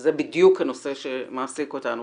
שזה בדיוק הנושא שמעסיק אותנו,